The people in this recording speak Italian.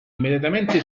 immediatamente